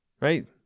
Right